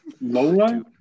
Lola